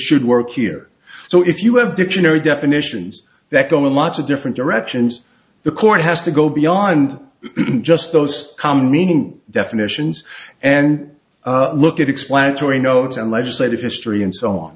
should work here so if you have dictionary definitions that go a lot of different directions the court has to go beyond just those common meaning definitions and look at explanatory notes and legislative history and so on